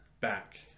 back